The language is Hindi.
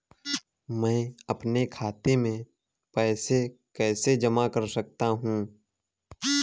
मैं अपने खाते में पैसे कैसे जमा कर सकता हूँ?